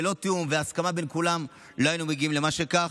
ללא תיאום והסכמה בין כולם לא היינו מגיעים לכך,